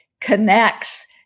connects